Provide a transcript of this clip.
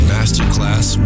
Masterclass